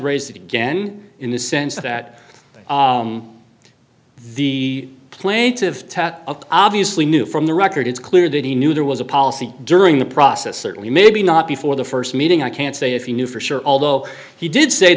raised it again in the sense that the plaintive tat obviously knew from the record it's clear that he knew there was a policy during the process certainly maybe not before the st meeting i can't say if he knew for sure although he did say